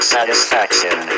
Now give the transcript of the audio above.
Satisfaction